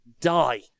die